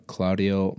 Claudio